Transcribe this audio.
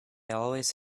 always